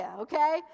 okay